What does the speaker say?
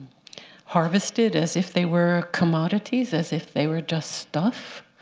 harvested as if they were commodities, as if they were just stuff